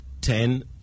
Ten